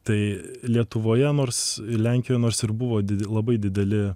tai lietuvoje nors ir lenkijoje nors ir buvo didi labai dideli